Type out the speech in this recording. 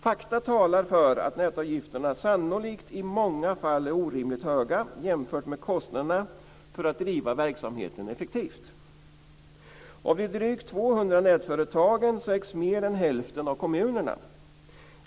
Fakta talar för att nätavgifterna sannolikt i många fall är orimligt höga jämfört med kostnaderna för att driva verksamheten effektivt. Av de drygt 200 nätföretagen ägs mer än hälften av kommunerna.